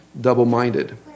double-minded